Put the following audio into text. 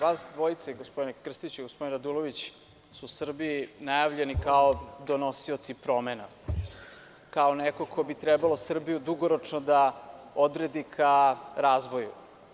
Vas dvojica, gospodin Krstić i gospodin Radulović, su u Srbiji najavljeni kao donosioci promena, kao neko ko bi trebao Srbiju dugoročno da odredi ka razvoju.